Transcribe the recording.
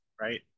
right